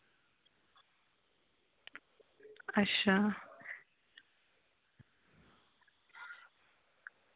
अच्छा